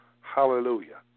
Hallelujah